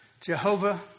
Jehovah